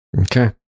Okay